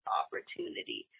opportunity